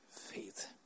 faith